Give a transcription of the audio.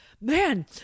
man